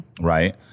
Right